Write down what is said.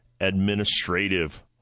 administrative